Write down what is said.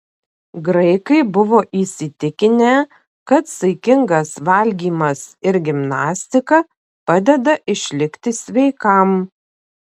graikai buvo įsitikinę kad saikingas valgymas ir gimnastika padeda išlikti sveikam